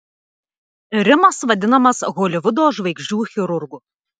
rimas vadinamas holivudo žvaigždžių chirurgu